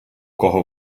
кого